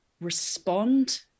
respond